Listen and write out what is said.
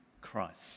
Christ